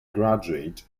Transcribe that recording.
graduate